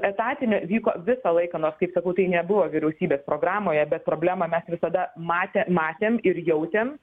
etatinio vyko visą laiką nors kaip sakau tai nebuvo vyriausybės programoje bet problemą mes visada matė matėm ir jautėm